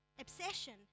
obsession